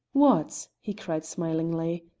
what! he cried smilingly,